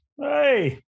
Hey